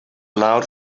loud